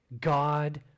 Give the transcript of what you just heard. God